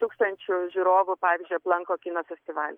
tūkstančių žiūrovų pavyzdžiui aplanko kino festivalį